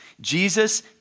Jesus